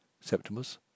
Septimus